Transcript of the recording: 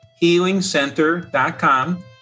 healingcenter.com